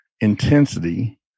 intensity